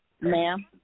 ma'am